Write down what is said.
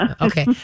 Okay